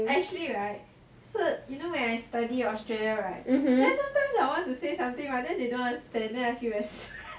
actually right you know when I studied in australia right then sometimes I want to say something then they don't understand then I feel very sad